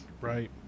right